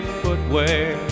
footwear